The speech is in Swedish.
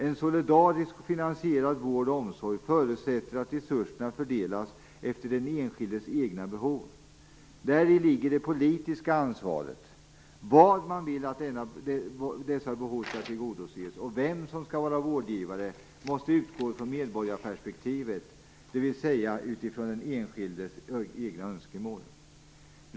En solidariskt finansierad vård och omsorg förutsätter att resurserna fördelas efter den enskildes egna behov. Däri ligger det politiska ansvaret. Var man vill att dessa behov skall tillgodoses och vem som skall vara vårdgivare, måste utgå från medborgarperspektivet dvs. från den enskildes egna önskemål.